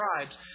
tribes